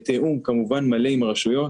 בתיאום כמובן מלא עם הרשויות.